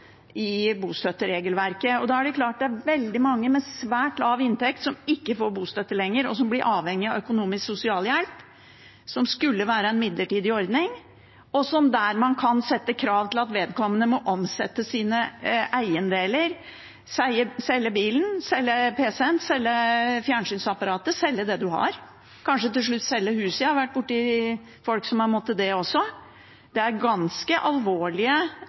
under bostøtteregelverket. Da er det veldig mange med svært lav inntekt som ikke lenger får bostøtte, og som blir avhengig av økonomisk sosialhjelp, som skulle være en midlertidig ordning, og der man kan stille krav om at vedkommende må omsette sine eiendeler – selge bilen, selge pc-en, selge fjernsynsapparatet, selge det man har – til slutt kanskje selge huset. Jeg har vært borti folk som har måttet det også. Det er ganske alvorlige